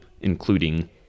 including